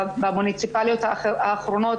בבחירות המוניציפליות האחרונות